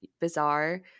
bizarre